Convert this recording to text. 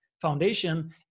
foundation